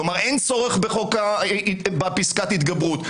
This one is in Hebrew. כלומר אין צורך בפסקת התגברות.